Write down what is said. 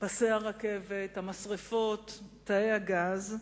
פסי הרכבת, המשרפות, תאי הגז.